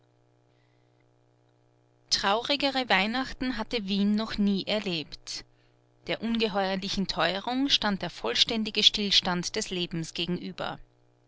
traurigere weihnachten hatte wien noch nie erlebt der ungeheuerlichen teuerung stand der vollständige stillstand des lebens gegenüber